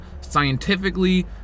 scientifically